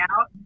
out